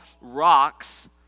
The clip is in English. rocks